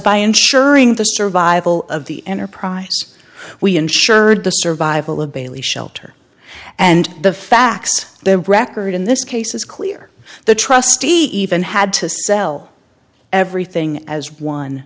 by ensuring the survival of the enterprise we ensured the survival of bailey shelter and the facts the record in this case is clear the trustee even had to sell everything as one